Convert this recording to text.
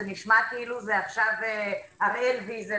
זה נשמע כאילו זה עכשיו אריאל ויזל,